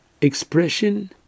expression